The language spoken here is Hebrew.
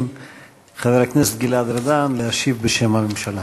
חבר הכנסת גלעד ארדן להשיב בשם הממשלה.